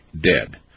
dead